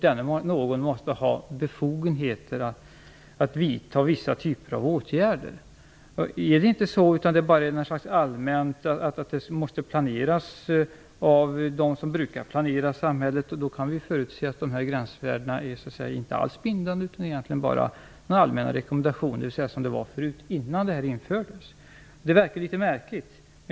Denna någon måste ha befogenheter att vidta vissa typer av åtgärder. Är det inte så, utan bara något allmänt som måste planeras av dem som brukar planera samhället, kan vi förutse att de här gränsvärdena inte alls är bindande, utan egentligen bara en allmän rekommendation, dvs. det är som det var förut, innan gränsvärdena infördes i hälsoskyddsförordningen. Det verkar litet märkligt.